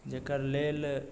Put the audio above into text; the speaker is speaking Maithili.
जकर लेल